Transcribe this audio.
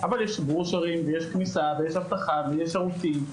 אבל יש ברושורים ויש כניסה ויש אבטחה ויש שירותים.